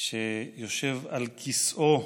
שיושב על כיסאו,